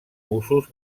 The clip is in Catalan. usos